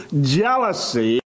jealousy